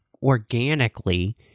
organically